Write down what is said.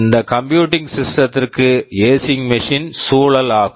இந்த computing systems computing systems திற்கு AC machine AC Machine சூழல் ஆகும்